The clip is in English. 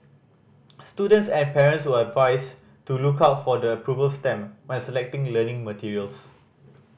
students and parents were advised to look out for the approval stamp when selecting learning materials